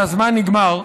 כי הזמן נגמר.